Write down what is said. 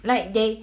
like they